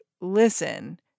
listen